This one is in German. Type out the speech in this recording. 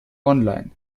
online